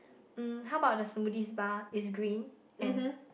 mm how about the smoothies bar is green and